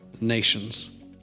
nations